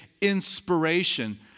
inspiration